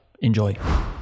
Enjoy